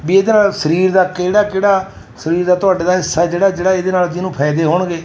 ਵੀ ਇਹਦੇ ਨਾਲ ਸਰੀਰ ਦਾ ਕਿਹੜਾ ਕਿਹੜਾ ਸਰੀਰ ਦਾ ਤੁਹਾਡੇ ਦਾ ਹਿੱਸਾ ਜਿਹੜਾ ਜਿਹੜਾ ਇਹਦੇ ਨਾਲ ਜਿਹਨੂੰ ਫਾਇਦੇ ਹੋਣਗੇ